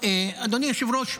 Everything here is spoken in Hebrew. אדוני היושב-ראש,